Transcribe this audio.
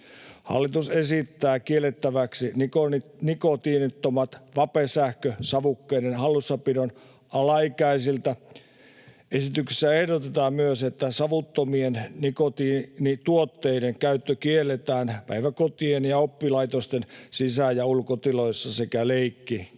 Hallitus esittää kiellettäväksi nikotiinittomien vapesähkösavukkeiden hallussapidon alaikäisiltä. Esityksessä ehdotetaan myös, että savuttomien nikotiinituotteiden käyttö kielletään päiväkotien ja oppilaitosten sisä- ja ulkotiloissa sekä leikkikentillä.